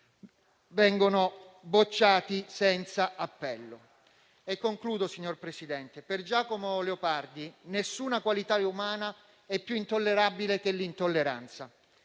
vengono bocciati senza appello. Presidente, per Giacomo Leopardi nessuna qualità umana è più intollerabile dell'intolleranza